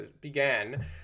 began